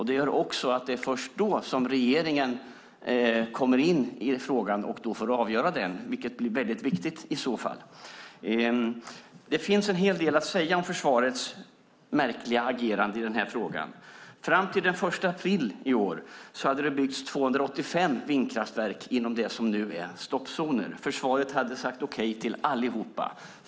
Det är först då som regeringen kommer in i frågan och får avgöra den, vilket i så fall blir väldigt viktigt. Det finns en hel del att säga om försvarets märkliga agerande i den här frågan. Fram till den 1 april i år hade det byggts 285 vindkraftverk inom det som nu är stoppzoner. Försvaret hade sagt okej till allihop.